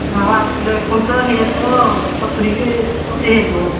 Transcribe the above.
ନା ବା ଆଳୁ କିଲୋ ଏ ଖଣ୍ଡଟା ହେଇଯାଇଥିବ ଆଉ ସତୁୁରୀ କିି ଅଶୀ ହେଇଯାଇଥିବ